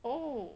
oh